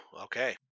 Okay